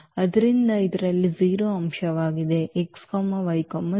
ಆದ್ದರಿಂದ ಇದು ಇದರಲ್ಲಿ 0 ಅಂಶವಾಗಿದೆ x y 0